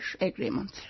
agreement